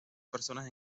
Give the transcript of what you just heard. personas